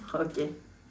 okay